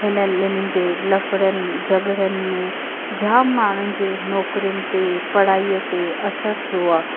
हिननि ॿिनी जे लफ़ड़नि झगड़नि में जाम माण्हुनि जे नौकरियुनि ते पढ़ाईअ ते असरु थियो आहे